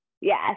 yes